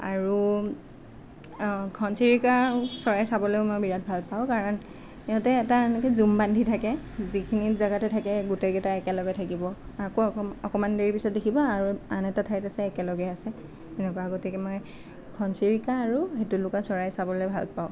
আৰু ঘৰচিৰিকা চৰাই চাবলৈও মই বিৰাট ভাল পাওঁ কাৰণ ইহঁতে এটা এনেকৈ জুম বান্ধি থাকে যিখিনি জেগাতেই থাকে গোটেইকেইটাই একেলগে থাকিব আকৌ অক অকমান দেৰিৰ পিছত দেখিব আৰু আন এটা ঠাইত আছে একেলগে আছে এনেকুৱা গতিকে মই ঘৰচিৰিকা আৰু হেটুলুকা চৰাই চাবলৈ ভাল পাওঁ